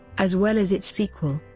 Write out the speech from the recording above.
as well as its sequel,